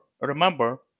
remember